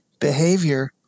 behavior